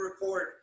report